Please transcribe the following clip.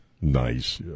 Nice